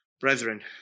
Brethren